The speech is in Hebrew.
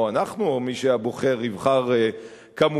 או אנחנו או מי שהבוחר יבחר כמובן,